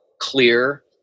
clear